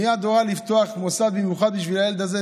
מייד הורה לפתוח מוסד מיוחד בשביל הילד הזה,